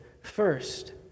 first